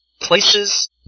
places